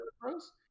pros